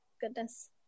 Goodness